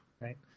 right